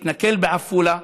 זה יתנקם בעפולה,